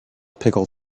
pickle